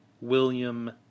William